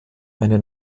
eine